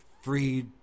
free